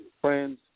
friends